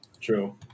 True